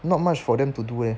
not much for them to do eh